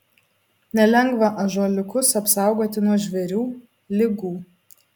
nelengva ąžuoliukus apsaugoti nuo žvėrių ligų